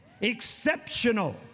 Exceptional